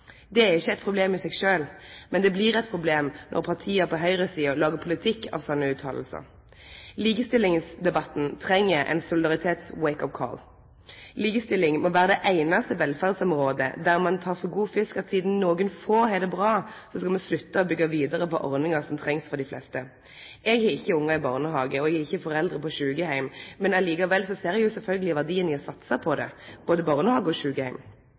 Det er ikkje eit problem i seg sjølv, men det blir eit problem når partia på høgresida lagar politikk av slike utsegner. Likestillingsdebatten treng ein solidaritets-wake up call. Likestilling må vere det einaste velferdsområdet der ein tek for god fisk at sidan nokre få har det bra, skal me slutte å byggje vidare på ordningar som trengst for dei fleste. Eg har ikkje ungar i barnehage og heller ikkje foreldre på sjukeheim, men likevel ser eg sjølvsagt verdien i å satse på det, både på barnehage og